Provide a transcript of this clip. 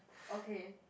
okay